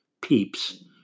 peeps